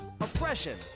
oppression